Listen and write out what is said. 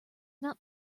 not